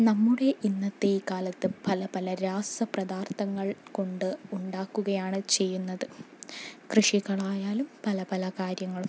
നമ്മുടെ ഇന്നത്തെ ഈ കാലത്ത് പല പല രാസപ്ദാർത്ഥങ്ങൾ കൊണ്ട് ഉണ്ടാക്കുകയാണ് ചെയ്യുന്നത് കൃഷികളായാലും പല പല കാര്യങ്ങളും